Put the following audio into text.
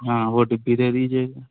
ہاں وہ ڈبی دے دیجیے